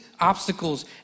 obstacles